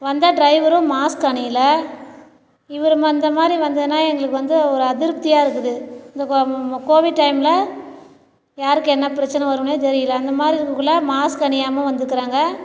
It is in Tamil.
வந்த டிரைவரும் மாஸ்க் அணியல இவர் இந்த மாதிரி வந்தோன்ன எங்களுக்கு வந்து ஒரு அதிருப்தியாக இருக்குது இந்த கோ கோவிட் டைம்மில் யாருக்கு என்ன பிரச்சனை வரும்னே தெரியல அந்த மாதிரி இருக்கக்குள்ள மாஸ்க் அணியாமல் வந்துருக்குறாங்க